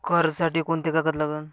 कर्जसाठी कोंते कागद लागन?